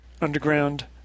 underground